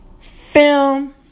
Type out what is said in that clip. film